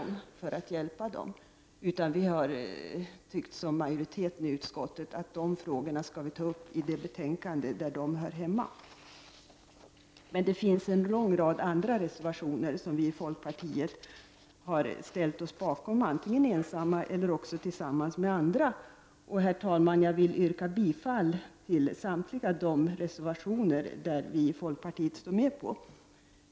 Vi i folkpartiet har i stället ställt oss bakom utskottsmajoritetens uppfattning, att dessa frågor skall tas upp i det betänkande där de hör hemma. Det finns emellertid en lång rad andra reservationer som vi i folkpartiet har ställt oss bakom, antingen ensamma eller tillsammans med andra. Jag vill, herr talman, yrka bifall till samtliga de reservationer som vi i folkpartiet har ställt oss bakom.